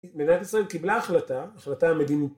מדינת ישראל קיבלה החלטה, החלטה המדינית